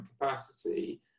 capacity